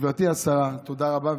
גברתי השרה, תודה רבה.